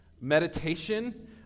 meditation